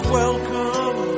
welcome